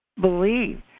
believe